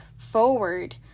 forward